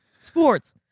sports